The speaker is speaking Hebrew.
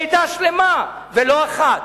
עדה שלמה, ולא אחת.